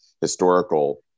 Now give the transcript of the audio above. historical